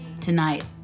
tonight